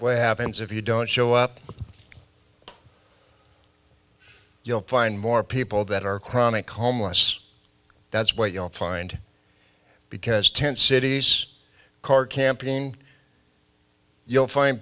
what happens if you don't show up you'll find more people that are chronic homeless that's where you'll find because tent cities car camping you'll find